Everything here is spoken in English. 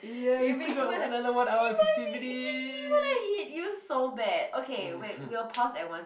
it makes me wanna you make me it makes wanna hit you so bad okay wait we will pause at one